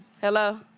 Hello